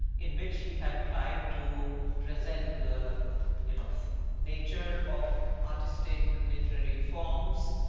in which he had tried to present the you know nature of artistic literary forms,